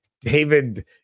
David